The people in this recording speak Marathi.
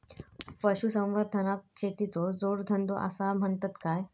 पशुसंवर्धनाक शेतीचो जोडधंदो आसा म्हणतत काय?